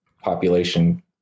population